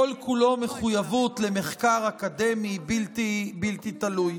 שכל-כולו מחויבות למחקר אקדמי בלתי תלוי.